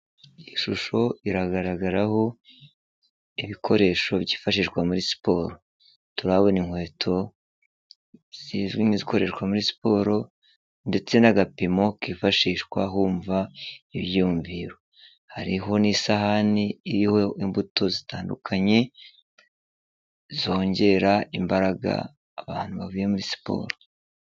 Ishusho iragaragaraho ibikoresho byifashishwa muri siporo turahabona inkweto zizwi nk,izikoreshwa muri siporo ndetse n'agapimo kifashishwa humva ibyiyumviro hariho n'isahani iriho imbuto zitandukanye zongera imbaraga abantu bavuye muri siporo.